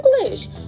English